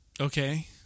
Okay